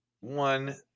one